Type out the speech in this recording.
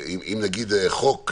אם נגיד חוק,